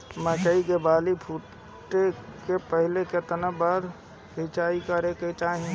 मकई के बाली फूटे से पहिले केतना बार सिंचाई करे के चाही?